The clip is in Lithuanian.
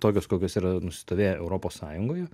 tokios kokios yra nusistovėję europos sąjungoj